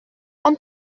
ond